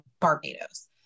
Barbados